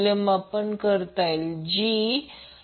28 milliampere होईल हे kilowatt म्हणून लिहिलेले आहे